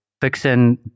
fixing